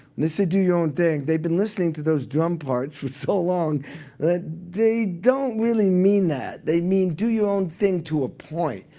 they say, do your own thing, they've been listening to those drum parts for so long that they don't really mean that. they mean, do your own thing to a point.